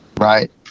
right